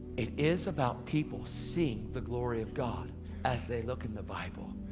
it is about people seeing the glory of god as they look in the bible.